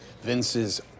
Vince's